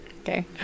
Okay